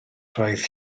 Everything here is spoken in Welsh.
roedd